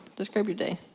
describe your day.